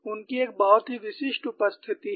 उनकी एक बहुत ही विशिष्ट उपस्थिति है